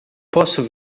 posso